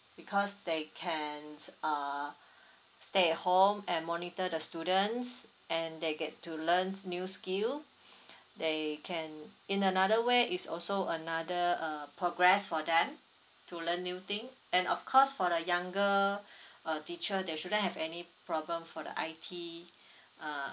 because they can uh stay at home and monitor the students and they get to learns new skill they can in another way is also another uh progress for them to learn new thing and of course for the younger uh teacher they shouldn't have any problem for the I_T uh